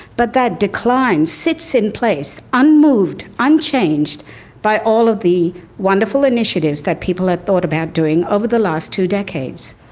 but that decline sits in place unmoved, unchanged by all of the wonderful initiatives that people have thought about doing over the last two decades.